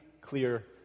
clear